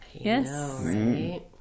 Yes